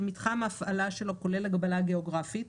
שמתחם ההפעלה שלו כולל הגבלה גיאוגרפית,